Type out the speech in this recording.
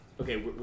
Okay